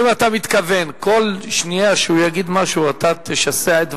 אם אתה מתכוון שבכל שנייה שהוא יגיד משהו אתה תשסע את דבריו,